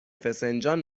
فسنجان